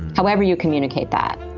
however you communicate that